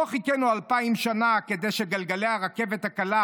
לא חיכינו אלפיים שנה כדי שגלגלי הרכבת הקלה